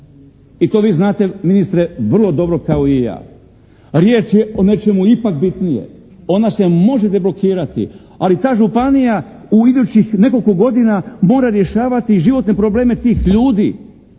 i to vi znate ministre vrlo dobro kao i ja. Riječ je o nečemu ipak bitnijem. Ona se može deblokirati ali ta županija u idućih nekoliko godina mora rješavati životne probleme tih ljudi.